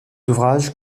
ouvrage